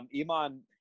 Iman –